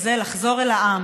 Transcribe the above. וזה לחזור אל העם,